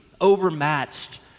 overmatched